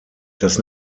das